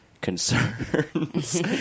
concerns